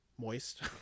moist